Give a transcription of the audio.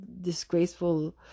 disgraceful